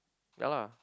ya lah